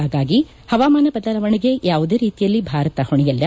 ಹಾಗಾಗಿ ಹವಾಮಾನ ಬದಲಾವಣೆಗೆ ಯಾವುದೇ ರೀತಿಯಲ್ಲಿ ಭಾರತ ಹೊಣೆಯಲ್ಲ